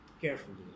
carefully